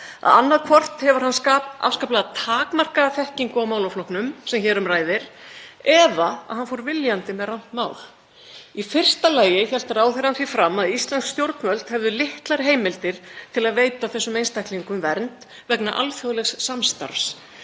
að annaðhvort hefur hann afskaplega takmarkaða þekkingu á málaflokknum sem hér um ræðir eða hann fór viljandi með rangt mál. Í fyrsta lagi hélt ráðherrann því fram að íslensk stjórnvöld hefðu litlar heimildir til að veita þessum einstaklingum vernd vegna alþjóðlegs samstarfs,